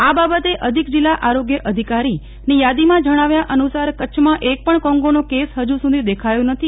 આ બાબતે અધિક જિલ્લા ઓરગ્ય અધિકારીની યાદીમાં જણાવ્યા અનુસાર કચ્છમાં એક પણ કોંગોનો કેસ હજુ સુધી દેખાયો નથી